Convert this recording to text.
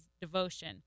devotion